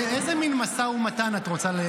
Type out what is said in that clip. איזה מין משא ומתן את רוצה?